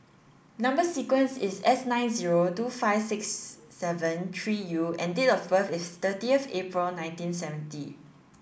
number sequence is S nine zero two five six seven three U and date of birth is thirtieth April nineteen seventy